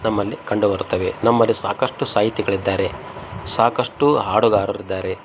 ನಮ್ಮಲ್ಲಿ ಕಂಡು ಬರುತ್ತವೆ ನಮ್ಮಲ್ಲಿ ಸಾಕಷ್ಟು ಸಾಹಿತಿಗಳಿದ್ದಾರೆ ಸಾಕಷ್ಟು ಹಾಡುಗಾರರಿದ್ದಾರೆ